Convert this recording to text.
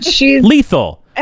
Lethal